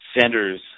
centers